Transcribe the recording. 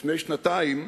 לפני שנתיים,